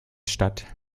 statt